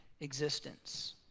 existence